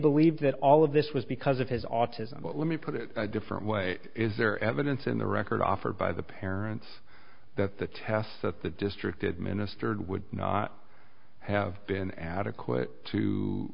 believe that all of this was because of his autism but let me put it a different way is there evidence in the record offered by the parents that the tests that the district administered would not have been adequate to